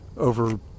over